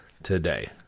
today